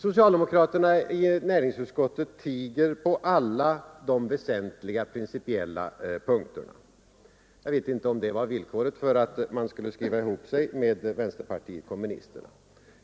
Socialdemokraterna i näringsutskottet tiger på alla de väsentliga principiella punkterna. Jag vet inte om det var villkoret för att man skulle skriva ihop sig med vänsterpartiet kommunisterna.